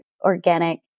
organic